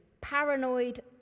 paranoid